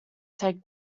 take